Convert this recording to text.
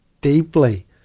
deeply